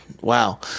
wow